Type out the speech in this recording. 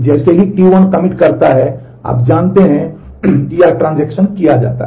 जैसे ही T1 commit करता है आप जानते हैं कि यह ट्रांज़ैक्शन किया जाता है